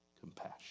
compassion